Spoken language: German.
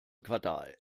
quartal